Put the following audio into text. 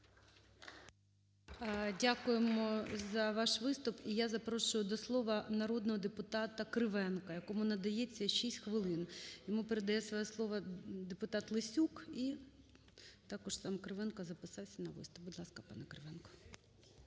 Дякуємо за ваш виступ. І я запрошую до слова народного депутата Кривенка, якому надається 6 хвилин. Йому передає своє слово депутат Лесюк, і також сам Кривенко записався на виступ. Будь ласка, пане Кривенко.